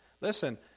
listen